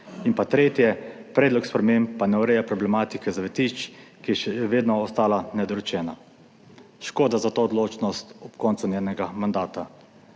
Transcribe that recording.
In pa tretje, predlog sprememb pa ne ureja problematike zavetišč, ki je še vedno ostala nedorečena. Škoda za to odločnost ob koncu njenega mandata.